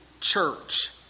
church